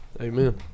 Amen